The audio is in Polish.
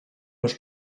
już